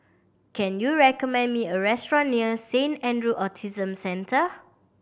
can you recommend me a restaurant near Saint Andrew Autism Centre